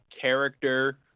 character